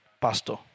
pastor